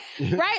right